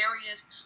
various